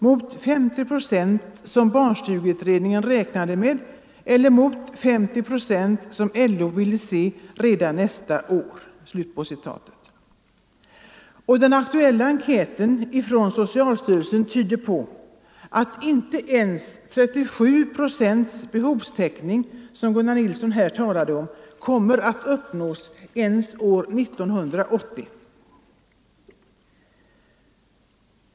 Mot 50 procent som barnstugeutredningen räknade med och mot 50 procent som LO ville se redan nästa år.” Och den aktuella enkäten från socialstyrelsen tyder på att inte ens 37 procents behovstäckning, som Gunnar Nilsson här talade om, kommer att uppnås år 1980.